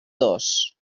dos